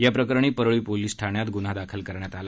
याप्रकरणी परळी पोलीस ठाण्यात गुन्हा दाखल करण्यात आला